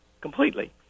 completely